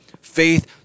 faith